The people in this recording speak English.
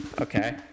Okay